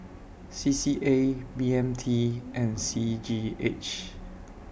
C C A B M T and C G H